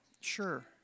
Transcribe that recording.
Sure